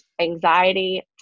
anxiety